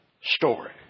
story